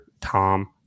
Tom